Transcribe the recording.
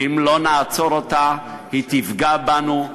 ואם לא נעצור אותה היא תפגע בנו,